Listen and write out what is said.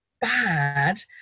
bad